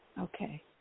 Okay